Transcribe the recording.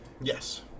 yes